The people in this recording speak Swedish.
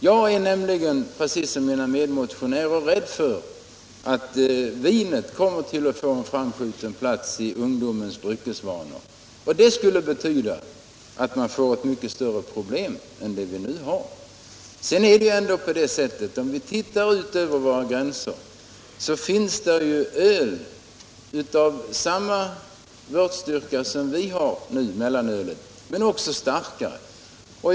Jag är nämligen, precis som mina medmotionärer, rädd för att vinet annars kommer att få en framskjuten plats i ungdomarnas dryckesvanor, och det skulle betyda att vi får ett mycket större problem än det vi nu har. Och om vi ser ut över våra gränser kan vi ju konstatera att det finns öl av samma vörtstyrka som det vi har nu — mellanölet — men också starkare.